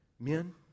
Men